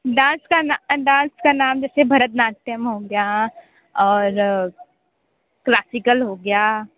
dance का dance का नाम जैसे भरतनाट्यम हो गया और क्लासिकल हो गया